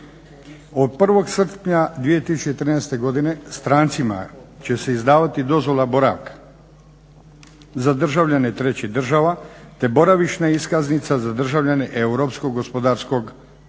Od 1. srpnja 2013. godine strancima će se izdavati dozvola boravka za državljane trećih država te boravišna iskaznica za državljane europskog gospodarskog prostora